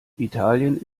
italien